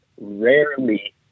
rarely